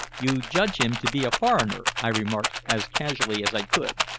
you judge him to be a foreigner? i remarked as casually as i could.